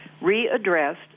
readdressed